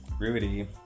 Rudy